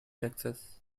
texas